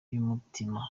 y’umutima